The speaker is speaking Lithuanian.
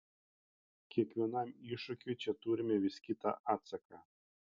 kiekvienam iššūkiui čia turime vis kitą atsaką